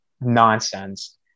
nonsense